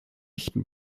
echten